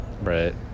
Right